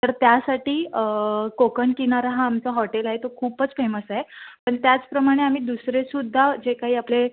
तर त्यासाठी कोकन किनारा हा आमचं हॉटेल आहे तो खूपच फेमस आहे पण त्याचप्रमाणे आम्ही दुसरेसुद्धा जे काही आपले